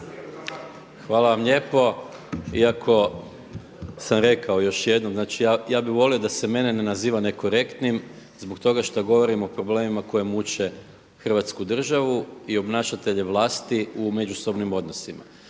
Hvala vam lijepo. Iako sam rekao još jednom, znači ja bih volio da se mene ne naziva nekorektnim zbog toga što govorim o problemima koji muče Hrvatsku državu i obnašatelje vlasti u međusobnim odnosima.